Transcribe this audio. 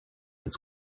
this